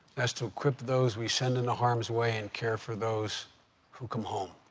that's to equip those we send into harm's way and care for those who come home.